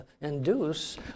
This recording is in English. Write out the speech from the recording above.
induce